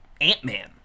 Ant-Man